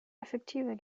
effektiver